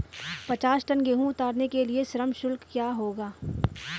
पचास टन गेहूँ उतारने के लिए श्रम शुल्क क्या होगा?